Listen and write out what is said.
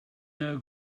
know